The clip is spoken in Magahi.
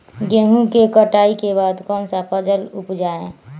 गेंहू के कटाई के बाद कौन सा फसल उप जाए?